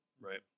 right